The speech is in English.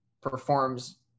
performs